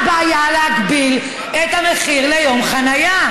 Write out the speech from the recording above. מה הבעיה להגביל את המחיר ליום חניה?